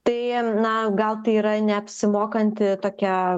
tai na gal tai yra neapsimokanti tokia